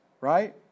right